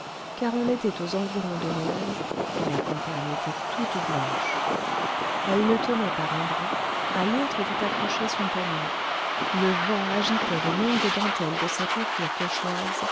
car on était aux environs de noël et la campagne était toute blanche elle le tenait par un bras à l'autre était accroché son panier le vent agitait les longues dentelles de sa coiffure cauchoise